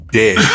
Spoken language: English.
dead